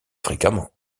fréquemment